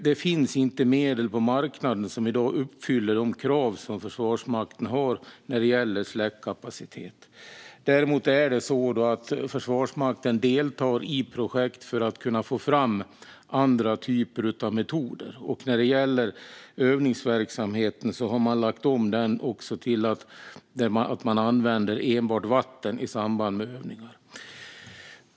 Det finns inte medel på marknaden i dag som uppfyller de krav som Försvarsmakten har när det gäller släckkapacitet. Däremot deltar Försvarsmakten i projekt för att kunna få fram andra typer av metoder. När det gäller övningsverksamheten har den lagts om så att man använder enbart vatten i samband med övningar.